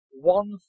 one